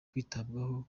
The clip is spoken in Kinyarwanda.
kwitabwaho